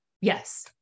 Yes